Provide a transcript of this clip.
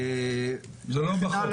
זה לא בחוק.